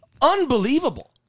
Unbelievable